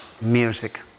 music